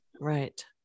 right